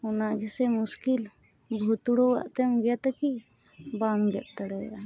ᱚᱱᱟ ᱜᱮᱥᱮ ᱢᱩᱥᱠᱤᱞ ᱵᱷᱩᱛᱲᱩᱭᱟᱜ ᱛᱮᱢ ᱜᱮᱫᱟ ᱠᱤ ᱵᱟᱢ ᱜᱮᱫ ᱫᱟᱲᱮᱭᱟᱜᱼᱟ